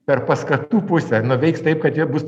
per paskatų pusę nu veiks taip kad jie bus